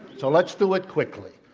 so, let's do it quickly.